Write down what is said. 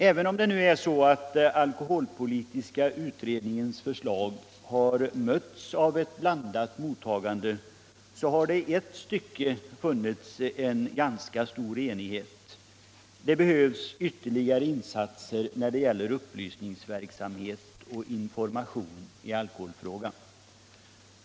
Även om alkoholpolitiska utredningens förslag har fått ett blandat mottagande, har det i ett stycke funnits en ganska stor enighet — det behövs ytterligare insatser när det gäller upplysningsverksamhet och information i alkoholfrågan.